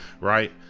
Right